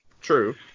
True